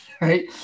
right